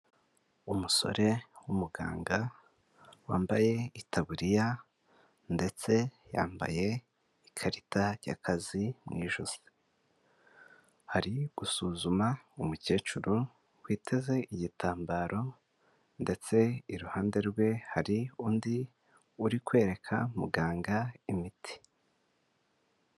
Umusore w'umuganga wambaye itaburiya ndetse yambaye ikarita y'akazi mu ijosi, hari gusuzuma umukecuru witeze igitambaro, ndetse iruhande rwe hari undi uri kwereka muganga imiti.